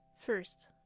First